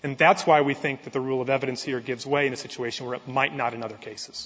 and that's why we think that the rule of evidence here gives way in a situation where it might not in other cases